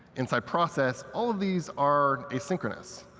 inside process, all of these are asynchronous.